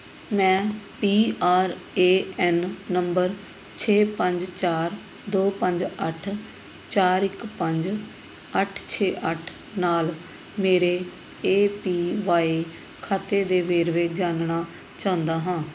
ਮੈਂ P R A N number ਛੇ ਪੰਜ ਚਾਰ ਦੋ ਪੰਜ ਅੱਠ ਚਾਰ ਇੱਕ ਪੰਜ ਅੱਠ ਛੇ ਅੱਠ ਨਾਲ ਮੇਰੇ ਏ ਪੀ ਵਾਈ ਖਾਤੇ ਦੇ ਵੇਰਵੇ ਜਾਣਨਾ ਚਾਹੁੰਦਾ ਹਾਂ